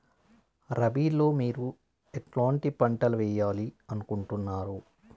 రబిలో మీరు ఎట్లాంటి పంటలు వేయాలి అనుకుంటున్నారు?